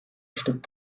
stück